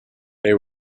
they